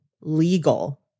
legal